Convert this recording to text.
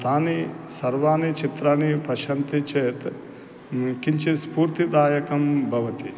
तानि सर्वाणि चित्राणि पश्यन्ति चेत् किञ्चित् स्फूर्तिदायकं भवति